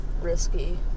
risky